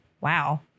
wow